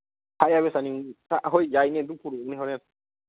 ꯍꯣꯏ ꯌꯥꯏꯅꯦ ꯑꯗꯨ ꯄꯨꯔꯛꯎꯅꯦ ꯍꯣꯔꯦꯟ